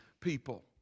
people